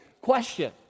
Question